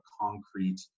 concrete